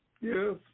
Yes